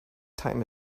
time